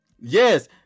Yes